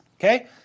Okay